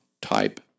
type